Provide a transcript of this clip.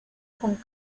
con